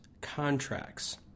contracts